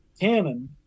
Cannon